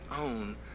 own